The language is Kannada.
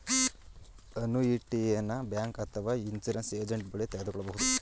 ಅನುಯಿಟಿಯನ ಬ್ಯಾಂಕ್ ಅಥವಾ ಇನ್ಸೂರೆನ್ಸ್ ಏಜೆಂಟ್ ಬಳಿ ತೆಗೆದುಕೊಳ್ಳಬಹುದು